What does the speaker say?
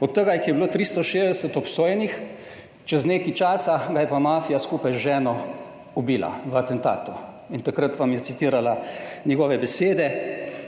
od tega jih je bilo 360 obsojenih, čez nekaj časa ga je pa mafija skupaj z ženo ubila v atentatu. In takrat vam je citirala njegove besede: